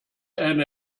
eine